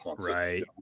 Right